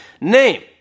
name